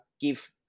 give